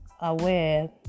aware